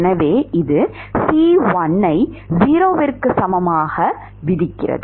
எனவே இது C1 ஐ 0 க்கு சமமாக விதிக்கிறது